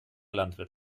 landwirt